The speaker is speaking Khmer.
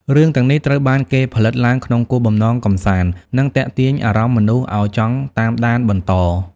រឿងទាំងនេះត្រូវបានគេផលិតឡើងក្នុងគោលបំណងកម្សាន្តនិងទាក់ទាញអារម្មណ៍មនុស្សឲ្យចង់តាមដានបន្ត។